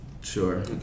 Sure